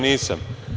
Nisam.